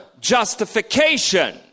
justification